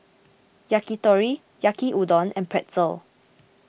Yakitori Yaki Udon and Pretzel